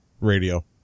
radio